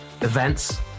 events